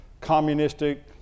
communistic